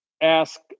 ask